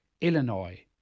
Illinois